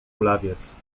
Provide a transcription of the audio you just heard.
kulawiec